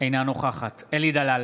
אינה נוכחת אלי דלל,